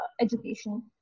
education